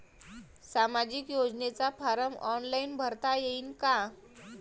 सामाजिक योजनेचा form online भरता येईन का?